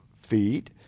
feet